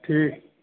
ঠিক